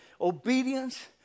Obedience